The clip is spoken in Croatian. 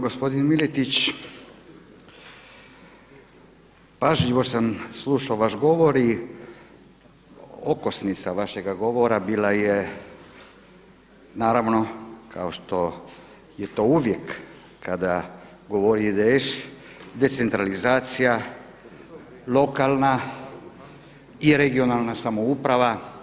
Gospodin Miletić, pažljivo sam slušao vaš govor i okosnica vašega govora bila je naravno kao što je to uvijek kada govori IDS decentralizacija lokalna i regionalna samouprava.